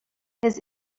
his